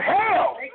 hell